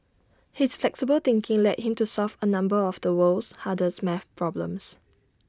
his flexible thinking led him to solve A number of the world's hardest math problems